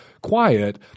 quiet